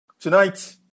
Tonight